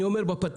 אני אומר בפתיח,